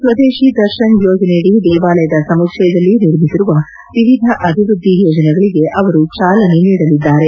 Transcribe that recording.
ಸ್ವದೇಶಿ ದರ್ಶನ್ ಯೋಜನೆಯಡಿ ದೇವಾಲಯದ ಸಮುಚ್ಲಯದಲ್ಲಿ ನಿರ್ಮಿಸಿರುವ ವಿವಿಧ ಅಭಿವೃದ್ದಿ ಯೋಜನೆಗಳಿಗೆ ಅವರು ಚಾಲನೆ ನೀಡಲಿದ್ದಾರೆ